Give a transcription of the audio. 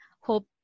hope